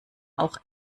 auch